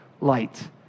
light